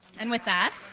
and with that,